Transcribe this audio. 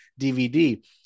DVD